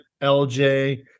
LJ